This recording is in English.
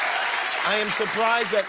i am surprised,